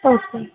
okay